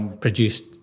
produced